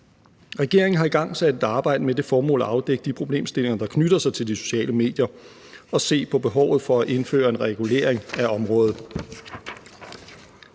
Regeringen har igangsat et arbejde med det formål at afdække de problemstillinger, der knytter sig til de sociale medier, og at se på behovet for at indføre en regulering af området.